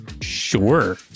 Sure